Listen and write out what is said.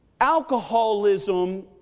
Alcoholism